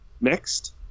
next